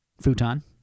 futon